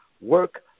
work